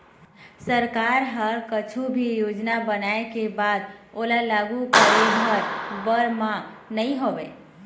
सरकार ह कुछु भी योजना बनाय के बाद ओला लागू करे भर बर म नइ होवय